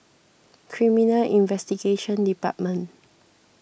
Criminal Investigation Department